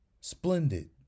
Splendid